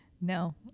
no